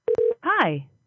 Hi